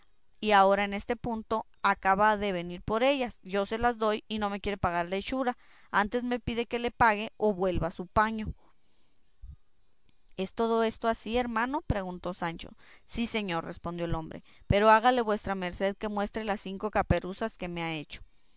y ahora en este punto acaba de venir por ellas yo se las doy y no me quiere pagar la hechura antes me pide que le pague o vuelva su paño es todo esto así hermano preguntó sancho sí señor respondió el hombre pero hágale vuestra merced que muestre las cinco caperuzas que me ha hecho